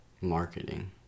marketing